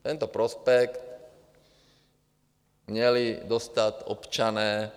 Tento prospekt měli dostat občané.